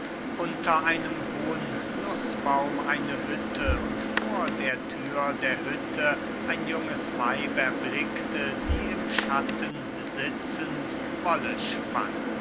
unter einem hohen nußbaum eine hütte und vor der thür der hütte ein junges weib erblickte die im schatten sitzend wolle spann